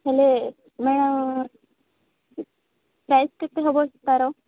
ହେଲେ ମୁଁ ପ୍ରାଇସ୍ କେତେ ହେବ ତାର